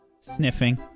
Sniffing